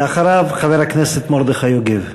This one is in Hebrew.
ואחריו, חבר הכנסת מרדכי יוגב.